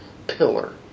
pillar